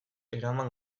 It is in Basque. eraman